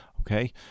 okay